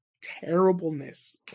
terribleness